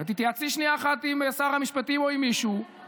ותתייעצי שנייה אחת עם שר המשפטים או עם מישהו,